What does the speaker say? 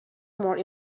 more